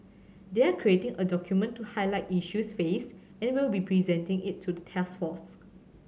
they are creating a document to highlight issues faced and will be presenting it to the task force